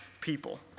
people